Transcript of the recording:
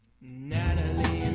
Natalie